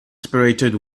separated